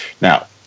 Now